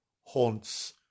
haunts